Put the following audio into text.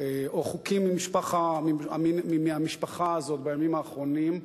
או חוקים מהמשפחה הזאת בימים האחרונים,